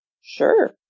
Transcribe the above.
Sure